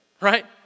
Right